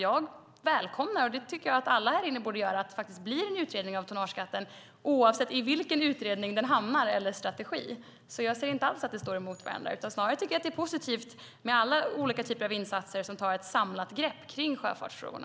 Jag välkomnar - och det tycker jag att alla här inne borde göra - att det faktiskt blir en utredning om tonnageskatten, oavsett i vilken utredning eller strategi den hamnar. Jag ser inte alls att de står mot varandra. Snarare tycker jag att det är positivt med alla olika typer av insatser där man tar ett samlat grepp kring sjöfartsfrågorna.